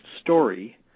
story